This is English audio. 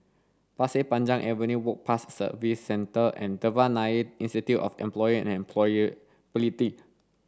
Pasir Panjang Avenue Work Pass Services Centre and Devan Nair Institute of Employment and Employability